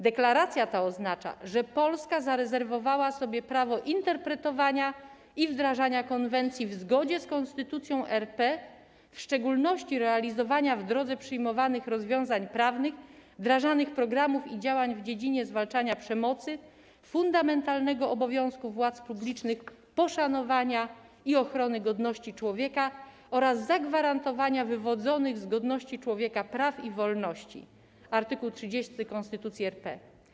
Deklaracja ta oznacza, że Polska zarezerwowała sobie prawo interpretowania i wdrażania konwencji w zgodzie z Konstytucją RP, a w szczególności realizowania - w drodze przyjmowanych rozwiązań prawnych - wdrażanych programów i działań w dziedzinie zwalczania przemocy, co jest fundamentalnym obowiązkiem władz publicznych, poszanowania i ochrony godności człowieka oraz zagwarantowania wywodzonych z godności człowieka praw i wolności - art. 30 Konstytucji RP.